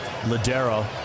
Ladero